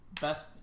best